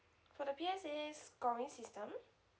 for the P_S_L_E scoring system